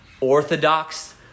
orthodox